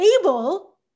able